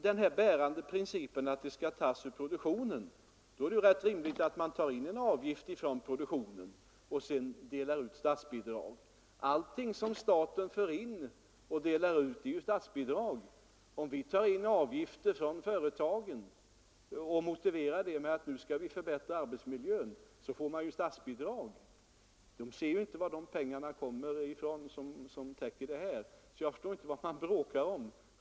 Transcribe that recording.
Den bärande principen är att kostnaderna skall betalas av produktionen, och då är det ju rätt rimligt att ta in en avgift från produktionen och sedan dela ut statsbidrag. Allting som staten delar ut är ju statsbidrag, och om vi tar in avgifter från företagen som motiveras med att vi skall förbättra arbetsmiljön, så får vi ju in pengar som kan användas till statsbidrag. Mottagarna ser ju inte varifrån pengarna kommer. Jag förstår inte vad herr Åkerlind bråkar om.